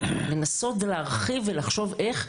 לנסות ולהרחיב ולחשוב איך,